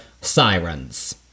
Sirens